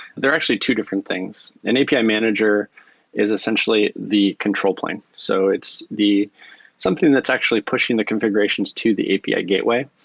they're actually two different things. an api manager is essentially the control plane. so it's something that's actually pushing the configurations to the api ah gateway.